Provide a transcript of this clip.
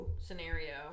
scenario